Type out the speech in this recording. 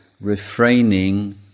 refraining